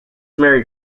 married